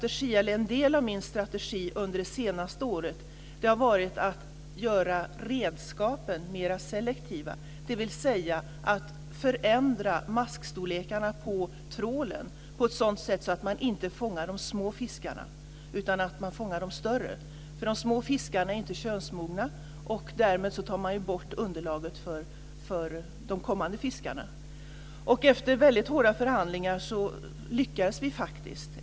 En del av min strategi under det senaste året har varit att göra redskapen mera selektiva, dvs. att förändra maskstorlekarna på trålen på ett sådant sätt att man inte fångar de små fiskarna utan de större. De små fiskarna är inte könsmogna, och därmed tar man bort underlaget för de kommande fiskarna. Efter väldigt hårda förhandlingar lyckades vi faktiskt.